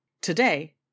Today